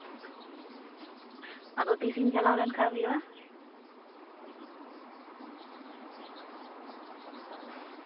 ᱟᱫᱚ ᱛᱤᱥᱤᱧ ᱪᱟᱞᱟᱣ ᱞᱮᱱ ᱠᱷᱟᱡ ᱦᱩᱭᱩᱜᱼᱟ